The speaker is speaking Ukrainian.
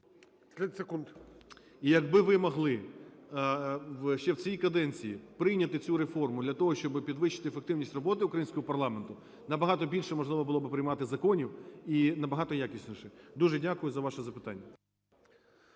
І якби ви могли ще в цій каденції прийняти цю реформу, для того щоби підвищити ефективність роботи українського парламенту, набагато більше можливо було би приймати законів і набагато якісніших. Дуже дякую за ваше запитання.